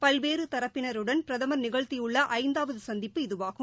பல்வேறுதரப்பினருடன் பிரதமர் நிகழ்த்தியுள்ளஐந்தாவதுசந்திப்பு இதுவாகும்